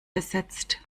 besetzt